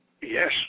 Yes